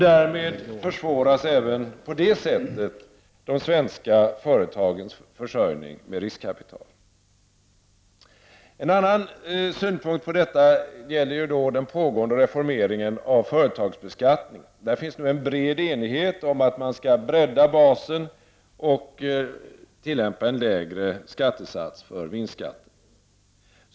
Därmed försvåras även på det sättet de svenska företagens försörjning med riskkapital. En annan synpunkt gäller den pågående reformeringen av företagsbeskattningen. Det finns nu en bred enighet om att man skall bredda basen och tillämpa en lägre skattesats för vinstskatt.